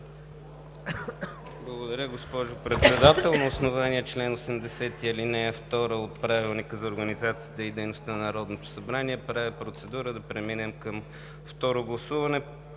Благодаря, госпожо Председател. На основание чл. 80, ал. 2 от Правилника за организацията и дейността на Народното събрание правя процедура да преминем към второ гласуване